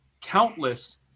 countless